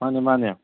ꯃꯥꯅꯦ ꯃꯥꯅꯦ